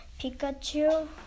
Pikachu